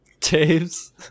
Tapes